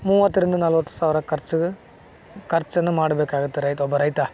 ಮೂವತ್ತರಿಂದ ನಲವತ್ತು ಸಾವಿರ ಖರ್ಚು ಖರ್ಚನ್ನು ಮಾಡಬೇಕಾಗುತ್ತೆ ರೈತ ಒಬ್ಬ ರೈತ